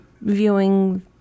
viewing